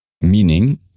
Meaning